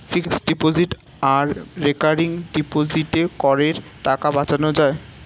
fixed deposit আর recurring ডিপোজিটে করের টাকা বাঁচানো যায়